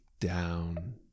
down